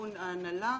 לכיוון ההנהלה,